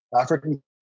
African